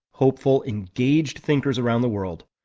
hopeful, engaged thinkers around the world,